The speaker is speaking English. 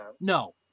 No